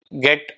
get